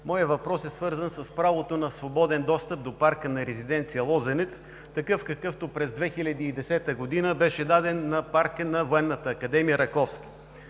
моят въпрос е свързан с правото на свободен достъп до парка на резиденция „Лозенец“, такъв какъвто през 2010 г., беше даден на парка на Военната академия „Раковски“.